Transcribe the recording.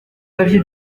aviez